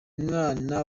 mwana